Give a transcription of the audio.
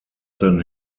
than